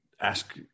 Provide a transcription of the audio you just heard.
ask